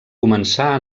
començar